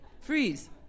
freeze